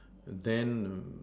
then